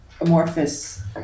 amorphous